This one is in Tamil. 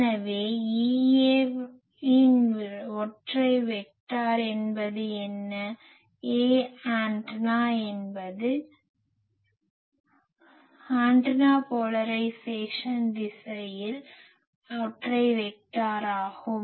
எனவே Ea வின் ஒற்றை வெக்டார் என்பது என்ன aant என்பது ஆண்டனா போலரைஸேசன் திசையில் ஒற்றை வெக்டார் ஆகும்